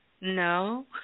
No